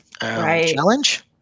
challenge